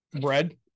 bread